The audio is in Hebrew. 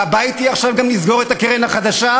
אתה בא אתי עכשיו גם לסגור את הקרן החדשה,